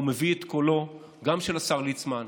הוא מביא גם את קולו של השר ליצמן,